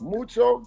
Mucho